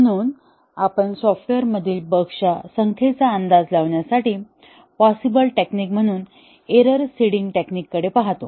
म्हणून आपण सॉफ्टवेअरमधील बग्सच्या संख्येचा अंदाज लावण्यासाठी पॉसिबल टेक्निक म्हणून एरर सीडिंग टेक्निककडे पाहतो